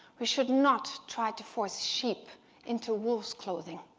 we should not try to force sheep into wolves' clothing.